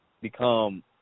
become